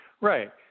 Right